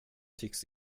tycks